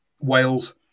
Wales